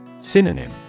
Synonym